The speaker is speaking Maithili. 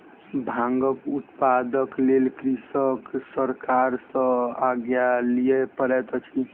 भांगक उत्पादनक लेल कृषक सरकार सॅ आज्ञा लिअ पड़ैत अछि